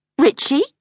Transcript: Richie